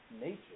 nature